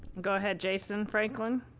go ahead, jason franklin.